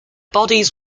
bodies